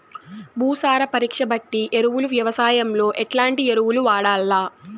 భూసార పరీక్ష బట్టి ఎరువులు వ్యవసాయంలో ఎట్లాంటి ఎరువులు వాడల్ల?